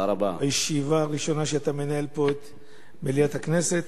הישיבה הראשונה שאתה מנהל פה במליאת הכנסת.